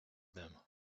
them